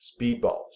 Speedballs